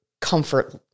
comfort